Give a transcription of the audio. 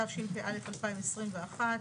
התשפ"א-2021,